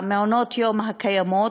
במעונות-היום הקיימים.